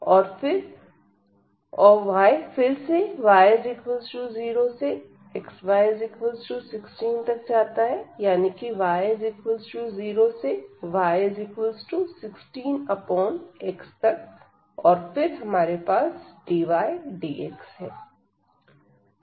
और y फिर से y0 से xy 1 6 तक जाता है यानी कि y0 से y16x तक और फिर हमारे पास dy dx है